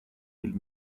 del